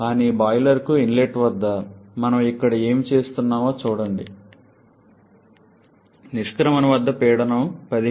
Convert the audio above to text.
కానీ బాయిలర్కు ఇన్లెట్ వద్ద మనం ఇక్కడ ఏమి చేస్తున్నామో చూడండి నిష్క్రమణ వద్ద పీడనం 15